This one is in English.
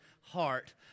heart